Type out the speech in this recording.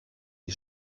die